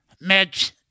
Mitch